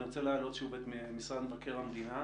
אני רוצה להעלות שוב את משרד מבקר המדינה.